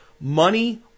Money